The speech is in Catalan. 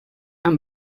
amb